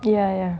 ya ya